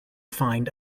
find